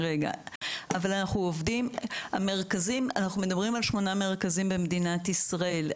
אנחנו מדברים על שמונה מרכזים במדינת ישראל.